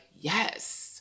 yes